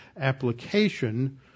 application